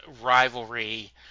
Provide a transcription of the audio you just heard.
rivalry